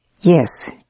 Yes